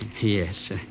Yes